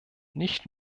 nicht